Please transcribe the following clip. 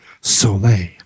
Soleil